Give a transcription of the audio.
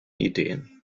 ideen